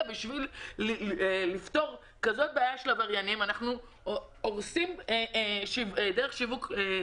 בשביל לפתור בעיה קטנה של עבריינים אנחנו הורסים דרך שלמה של שיווק.